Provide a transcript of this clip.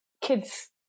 kids